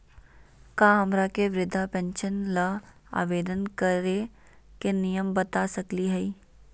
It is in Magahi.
का हमरा के वृद्धा पेंसन ल आवेदन करे के नियम बता सकली हई?